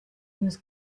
was